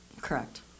Correct